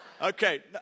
Okay